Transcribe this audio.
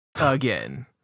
Again